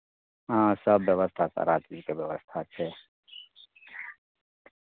हँ सभ व्यवस्था सारा चीजके व्यवस्था छै